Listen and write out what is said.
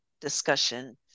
discussion